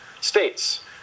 states